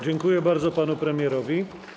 Dziękuję bardzo panu premierowi.